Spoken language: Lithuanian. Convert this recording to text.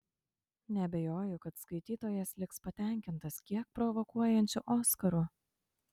neabejoju kad skaitytojas liks patenkintas kiek provokuojančiu oskaru